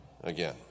again